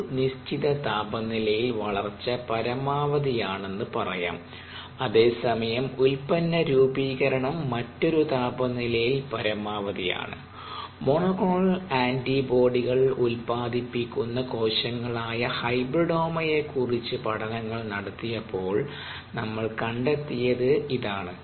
ഒരു നിശ്ചിത താപനിലയിൽ വളർച്ച പരമാവധിയാണെന്ന് പറയാം അതേസമയം ഉൽപ്പന്ന രൂപീകരണം മറ്റൊരു താപനിലയിൽ പരമാവധിയാണ് മോണോക്ലോണൽ ആന്റിബോഡികൾ ഉത്പാദിപ്പിക്കുന്ന കോശങ്ങളായ ഹൈബ്രിഡോമയെ കുറിച്ച് പഠനങ്ങൾ നടത്തിയപ്പോൾ നമ്മൾ കണ്ടെത്തിയത് ഇതാണ്